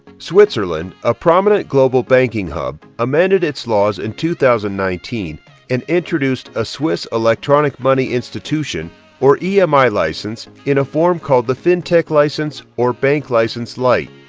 switzerland a prominent global banking hub amended its laws in two thousand nineteen and introduced a swiss electronic money institution or emi license in a form called the fintech license or bank license light.